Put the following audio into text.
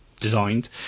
designed